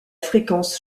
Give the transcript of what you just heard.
fréquence